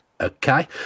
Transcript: okay